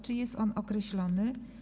Czy jest on określony?